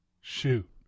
Shoot